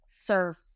serve